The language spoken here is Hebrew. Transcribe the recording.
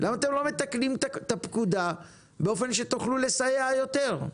למה אתם לא מתקנים את הפקודה באופן שתוכלו לסייע יותר?